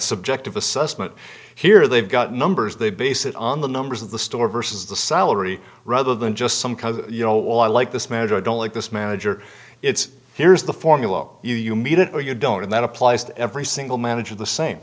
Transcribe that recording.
subjective assessment here they've got numbers they base it on the numbers of the store versus the salary rather than just some cuz you know i like this manager i don't like this manager it's here's the formula you you meet it or you don't and that applies to every single manager the same